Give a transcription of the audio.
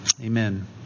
Amen